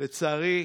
לצערי,